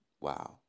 Wow